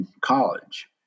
college